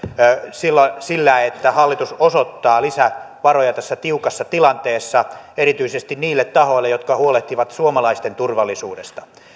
sillä että hallitus osoittaa lisävaroja tässä tiukassa tilanteessa erityisesti niille tahoille jotka huolehtivat suomalaisten turvallisuudesta